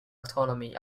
autonomy